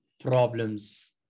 problems